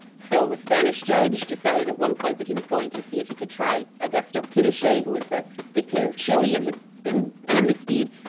so a spanish judge decided at one point that he was going to see if he could try augusto pinochet who was the dictator of chile, and had been amnestied,